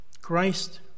Christ